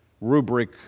rubric